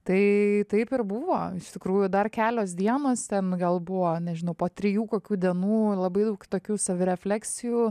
tai taip ir buvo iš tikrųjų dar kelios dienos ten gal buvo nežinau po trijų kokių dienų labai daug tokių savirefleksijų